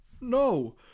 No